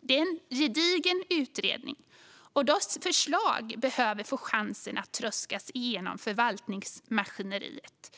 Det är en gedigen utredning, och dess förslag behöver få chansen att tröskas igenom förvaltningsmaskineriet.